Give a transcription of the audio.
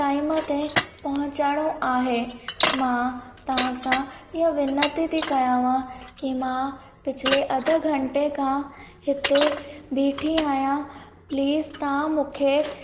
time ते पहुंचणो आहे मां तव्हांसां इहा वेनिती थी कयांव की मां पिछले अधु घंटे खां हिते ॿीठी आहियां प्लीस तव्हां मूंखे